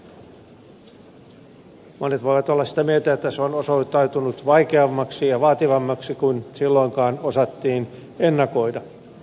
monet voivat olla sitä mieltä että se on osoittautunut vaikeammaksi ja vaativammaksi kuin silloinkaan osattiin ennakoida